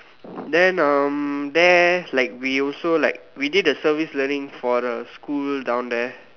then um there like we also like we did a service learning for a school down there